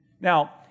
Now